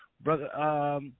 brother